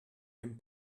him